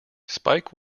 spike